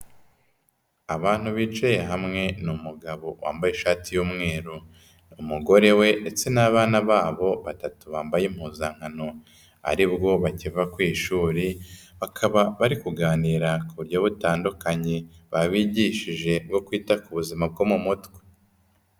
Abantu bicaye hamwe n'umugabo wambaye ishati y'umweru, umugore we ndetse n'abana babo batatu bambaye impuzankano ari bwo bakiva ku ishuri bari kuganira ku buryo butandukanye, babigishije bwo kwita ku buzima bwo mu mutwe.